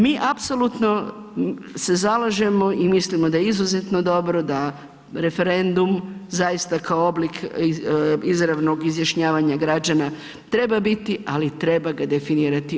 Mi apsolutno se zalažemo i mislimo da je izuzetno dobro da referendum zaista kao oblik izravnog izjašnjavanja građana treba biti, ali treba ga definirati.